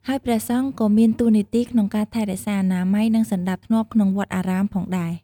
ហើយព្រះសង្ឃក៏មានតួនាទីក្នុងការថែរក្សាអនាម័យ និងសណ្ដាប់ធ្នាប់ក្នុងវត្តអារាមផងដែរ។